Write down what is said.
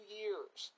years